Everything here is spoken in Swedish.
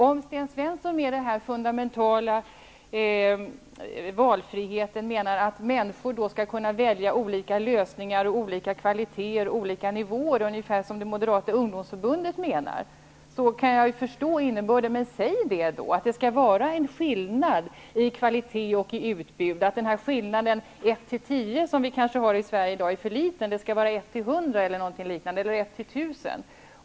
Om Sten Svensson med den här fundamentala valfriheten menar att människor skall kunna välja olika lösningar, olika kvaliteter och olika nivåer, ungefär som det moderata ungdomsförbundet menar, kan jag förstå innebörden. Men säg det då, att det skall vara skillnad i kvalitet och utbud, att skillnaden 1--10, som vi kanske har i Sverige i dag, är för liten och att den skall vara 1--100 eller 1-- 1 000!